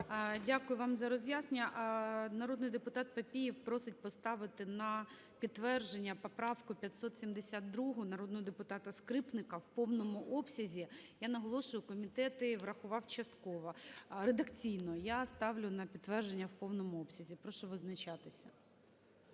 Дякую вам за роз'яснення. Народний депутатПапієв просить поставити на підтвердження поправку 572 народного депутата Скрипника в повному обсязі. Я наголошую, комітет її врахував частково, редакційно. Я ставлю на підтвердження – в повному обсязі. Прошу визначатися.